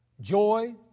Joy